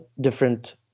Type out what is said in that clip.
different